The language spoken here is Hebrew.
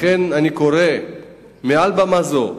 לכן, אני קורא מעל במה זו